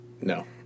No